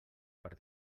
per